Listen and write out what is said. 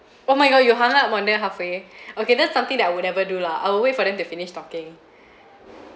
oh my god you hung up on them halfway okay that's something that I would ever do lah I will wait for them to finish talking